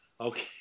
Okay